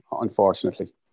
unfortunately